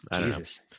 Jesus